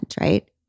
right